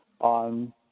on